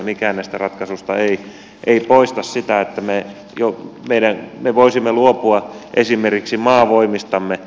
mikään näistä ratkaisuista ei aiheuta sitä että me voisimme luopua esimerkiksi maavoimistamme